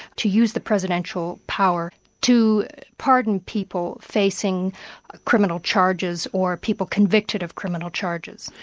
to use the presidential power to pardon people facing criminal charges or people convicted of criminal charges.